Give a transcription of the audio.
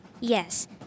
Yes